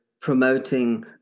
promoting